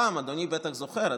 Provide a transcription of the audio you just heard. פעם אדוני בטח זוכר,